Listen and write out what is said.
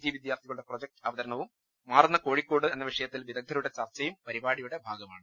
G വിദ്യാർത്ഥികളുടെ project അവതരണവും മാറുന്ന കോഴിക്കോട് വിഷയത്തിൽ വിദഗ്ദ്ധരുടെ ചർച്ചയും പരിപാടിയുടെ ഭാഗമാണ്